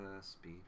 speed